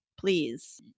please